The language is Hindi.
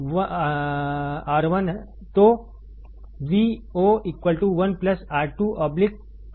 तो Vo 1 R2R1 ठीक